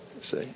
see